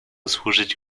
służyć